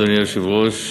אדוני היושב-ראש,